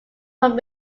from